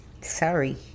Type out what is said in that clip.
Sorry